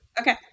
Okay